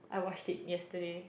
I washed it yesterday